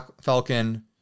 Falcon